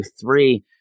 three